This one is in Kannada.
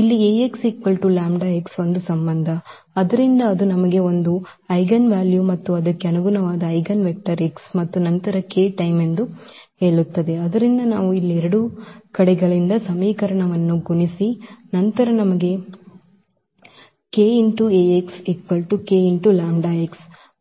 ಇಲ್ಲಿ Ax λx ಒಂದು ಸಂಬಂಧ ಆದ್ದರಿಂದ ಅದು ನಮಗೆ ಒಂದು ಐಜೆನ್ವಾಲ್ಯೂ ಮತ್ತು ಅದಕ್ಕೆ ಅನುಗುಣವಾದ ಐಜೆನ್ವೆಕ್ಟರ್ x ಮತ್ತು ನಂತರ ಈ k ಟೈಮ್ ಎಂದು ಹೇಳುತ್ತದೆ ಆದ್ದರಿಂದ ನಾವು ಇಲ್ಲಿ ಎರಡೂ ಕಡೆಗಳಿಂದ ಸಮೀಕರಣವನ್ನು ಗುಣಿಸಿ ನಂತರ ನಮಗೆ